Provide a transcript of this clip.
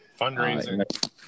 Fundraising